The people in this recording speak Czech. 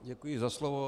Děkuji za slovo.